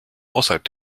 außerhalb